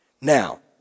Now